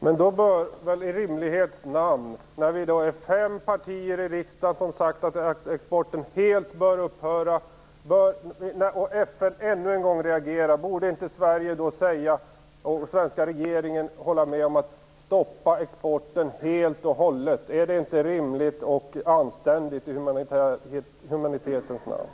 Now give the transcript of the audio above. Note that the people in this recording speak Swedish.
Fru talman! Vi är fem partier i riksdagen som har sagt att exporten helt bör upphöra, och FN har reagerat ännu en gång. Borde inte den svenska regeringen hålla med om att exporten skall stoppas helt och hållet? Är inte det rimligt och anständigt, i humanitetens namn?